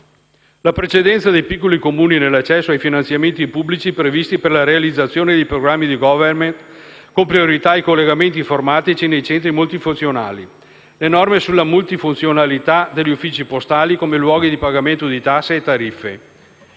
la precedenza dei piccoli Comuni nell'accesso ai finanziamenti pubblici previsti per la realizzazione dei programmi di *government* con priorità ai collegamenti informatici nei centri multifunzionali; le norme sulla multifunzionalità degli uffici postali come luoghi di pagamento di tasse e tariffe.